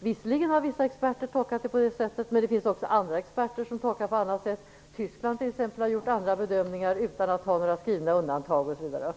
Visserligen har vissa experter tolkat det på det sättet, men det finns också andra som har tolkat det på ett annat sätt. I Tyskland t.ex. har man gjort andra bedömningar, utan att ha några skrivna undantag osv.